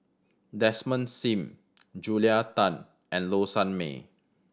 Desmond Sim Julia Tan and Low Sanmay